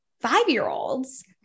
five-year-olds